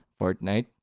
Fortnite